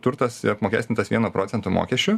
turtas yra apmokestintas vieno procento mokesčiu